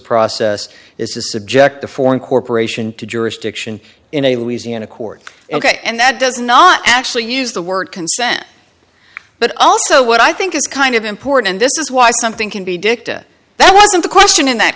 process is subject to foreign corporation to jurisdiction in a louisiana court ok and that does not actually use the word consent but also what i think is kind of important and this is why something can be dicta that wasn't the question in that